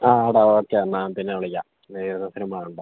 ആ എടാ ഓക്കെ എന്നാൽ പിന്നെ വിളിക്കാം നീ ഇരുന്ന് സിനിമ കണ്ടോ